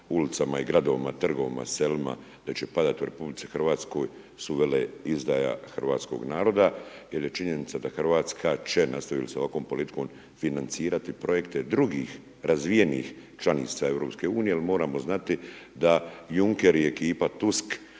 ulicama i gradovima, trgovima, selima da će padati u RH su veleizdaja hrvatskog naroda, jer je činjenica da Hrvatska će nastavi s ovakvom politikom financirati projekte drugi razvijenih članica EU, jer moramo znati da Junker i ekipa Tusk